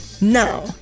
Now